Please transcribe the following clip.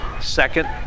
Second